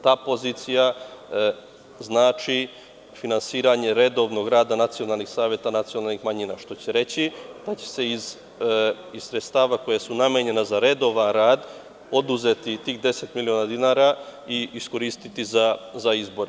Ta pozicija znači finansiranje redovnog rada nacionalnih saveta nacionalnih manjina, što će reći da će se iz sredstava koja su namenjena za redovan rad oduzeti tih 10 miliona dinara i iskoristiti za izbore.